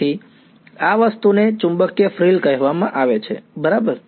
તેથી આ વસ્તુને ચુંબકીય ફ્રિલ કહેવામાં આવે છે બરાબર